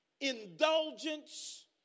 indulgence